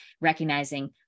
recognizing